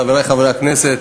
חברי חברי הכנסת,